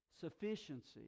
sufficiency